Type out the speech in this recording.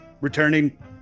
returning